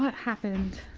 happened?